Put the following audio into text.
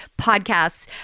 podcasts